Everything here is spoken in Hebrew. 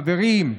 חברים,